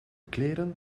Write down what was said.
kleren